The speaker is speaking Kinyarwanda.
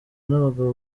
n’abagabo